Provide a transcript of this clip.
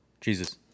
Jesus